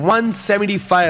175